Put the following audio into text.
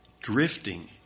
Drifting